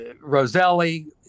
roselli